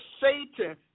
Satan